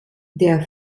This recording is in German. der